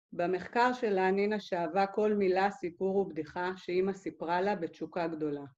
במחקר שלה נינה שאהבה כל מילה, סיפור ובדיחה שאמא סיפרה לה בתשוקה גדולה.